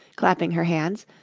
clapping her hands.